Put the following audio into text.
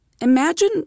Imagine